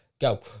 Go